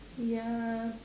ya